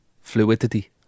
Fluidity